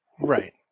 Right